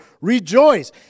Rejoice